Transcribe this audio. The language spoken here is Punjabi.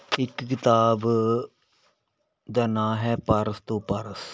ਇੱਕ ਕਿਤਾਬ ਦਾ ਨਾਂ ਹੈ ਪਾਰਸ ਤੋਂ ਪਾਰਸ